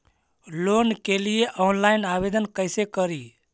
Loan के लिये online आवेदन कैसे करि?